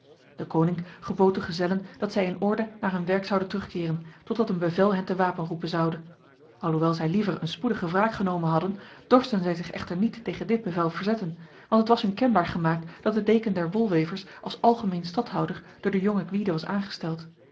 de gezellen dat zij in orde naar hun werk zouden terugkeren totdat een bevel hen te wapen roepen zoude alhoewel zij liever een spoedige wraak genomen hadden dorsten zij zich echter niet tegen dit bevel verzetten want het was hun kenbaar gemaakt dat de deken der wolwevers als algemeen stadhouder door de jonge gwyde was aangesteld